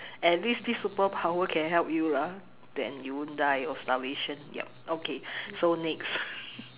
at least this superpower can help you lah then you won't die of starvation yup okay so next